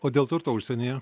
o dėl turto užsienyje